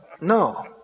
no